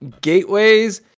gateways